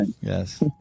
Yes